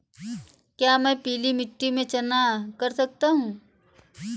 क्या मैं पीली मिट्टी में चना कर सकता हूँ?